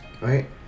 right